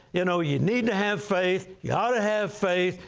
you know you need to have faith. you ought to have faith.